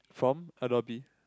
from Adobe